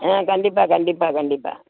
ஆ கண்டிப்பாக கண்டிப்பாக கண்டிப்பாக